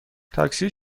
تاکسی